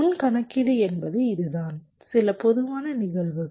முன் கணக்கீடு என்பது இதுதான் சில பொதுவான நிகழ்வுகள்